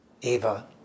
eva